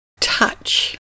Touch